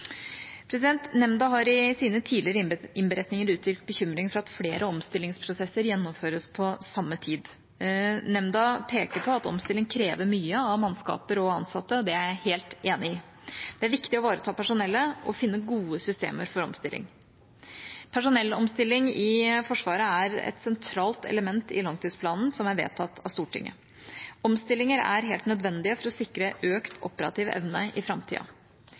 sine tidligere innberetninger uttrykt bekymring for at flere omstillingsprosesser gjennomføres på samme tid. Nemnda peker på at omstilling krever mye av mannskaper og ansatte, og det er jeg helt enig i. Det er viktig å ivareta personellet og å finne gode systemer for omstilling. Personellomstilling i Forsvaret er et sentralt element i langtidsplanen som er vedtatt av Stortinget. Omstillinger er helt nødvendig for å sikre økt operativ evne i framtida.